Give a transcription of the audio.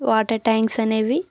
water tanks అనేవి